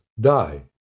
die